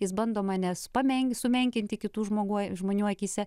jis bando mane pamen sumenkinti kitų žmogų žmonių akyse